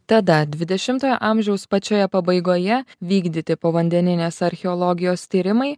tada dvidešimtojo amžiaus pačioje pabaigoje vykdyti povandeninės archeologijos tyrimai